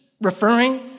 referring